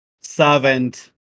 servant